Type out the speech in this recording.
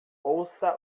ouça